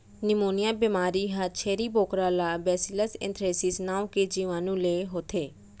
pneumonia बेमारी ह छेरी बोकरा ला बैसिलस एंथ्रेसिस नांव के जीवानु ले होथे